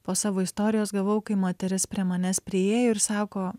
po savo istorijos gavau kai moteris prie manęs priėjo ir sako